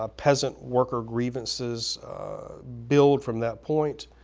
ah peasant worker grievances build from that point.